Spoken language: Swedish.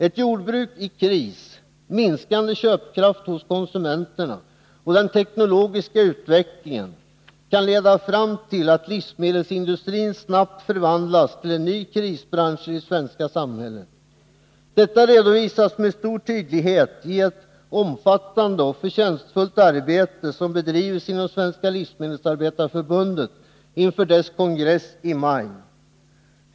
Ett jordbruk i kris, minskande köpkraft hos konsumenterna och den teknologiska utvecklingen kan leda fram till att livsmedelsindustrin snabbt förvandlas till en ny krisbransch i det svenska samhället. Detta redovisas med stor tydlighet i ett omfattande och förtjänstfullt arbete som bedrivits inom Svenska livsmedelsarbetareförbundet inför dess kongress i maj.